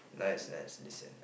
nice nice listen